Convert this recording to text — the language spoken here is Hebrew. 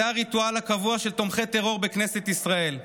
זה הריטואל הקבוע של תומכי טרור בכנסת ישראל: